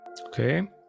okay